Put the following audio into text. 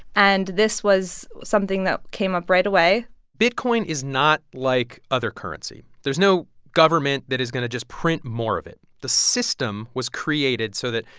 and this was something that came up right away bitcoin is not like other currency. there's no government that is going to just print more of it. the system was created so that,